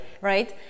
right